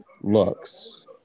looks